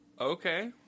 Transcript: Okay